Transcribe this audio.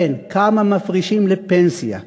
כן, כמה מפרישים לפנסיה?